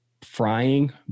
frying